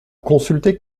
consulter